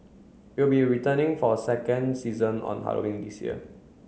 it will be returning for a second season on Halloween this year